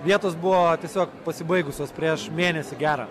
vietos buvo tiesiog pasibaigusios prieš mėnesį gerą